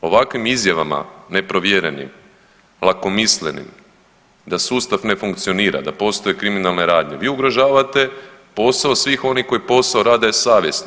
Ovakvim izjavama neprovjerenim, lakomislenim, da sustav ne funkcionira, da postoje kriminalne radnje, vi ugrožavate posao svih onih koji posao rade savjesno.